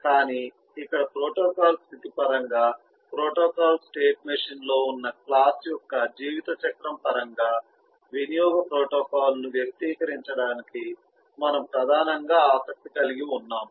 కానీ ఇక్కడ ప్రోటోకాల్ స్థితి పరంగా ప్రోటోకాల్ స్టేట్ మెషీన్లో ఉన్న క్లాస్ యొక్క జీవితచక్రం పరంగా వినియోగ ప్రోటోకాల్ను వ్యక్తీకరించడానికి మనం ప్రధానంగా ఆసక్తి కలిగి ఉన్నాము